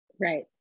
Right